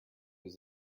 his